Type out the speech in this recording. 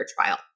trial